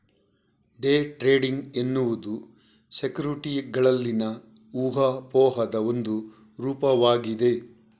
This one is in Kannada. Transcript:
ಡೇ ಟ್ರೇಡಿಂಗ್ ಎನ್ನುವುದು ಸೆಕ್ಯುರಿಟಿಗಳಲ್ಲಿನ ಊಹಾಪೋಹದ ಒಂದು ರೂಪವಾಗಿದೆ